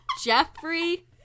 Jeffrey